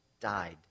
died